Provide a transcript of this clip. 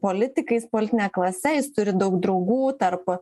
politikais politine klase jis turi daug draugų tarp